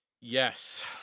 Yes